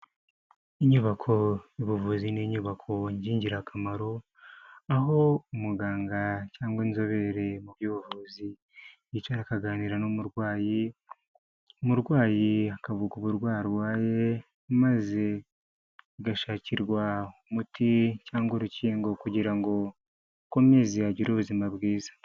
Inyubako, ubuvuzi niinyubako y'ingirakamaro aho umuganga cyangwa inzobere mu by'ubuvuzi yicara akaganira n'umurwayi, umurwayi akavugwa uburwayi arwaye maze agashakirwa umuti cyangwa urukingo kugira ngo akomeze agire ubuzima bwiza.